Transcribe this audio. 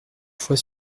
fois